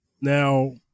Now